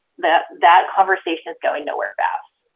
that that conversation is going nowhere fast.